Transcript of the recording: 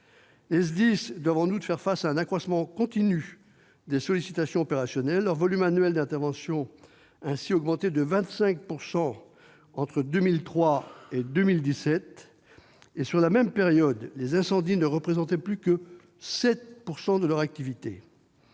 Les SDIS doivent en outre faire face à un accroissement continu des sollicitations opérationnelles. Leur volume annuel d'interventions a ainsi augmenté de 25 % entre 2003 et 2017. Sur la même période, les incendies ne représentaient plus que 7 % de leur activité,